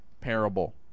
parable